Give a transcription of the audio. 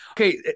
Okay